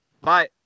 Bye